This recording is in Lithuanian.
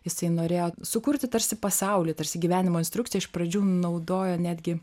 jisai norėjo sukurti tarsi pasaulį tarsi gyvenimo instrukciją iš pradžių naudojo netgi